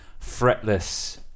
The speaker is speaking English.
fretless